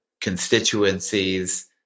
constituencies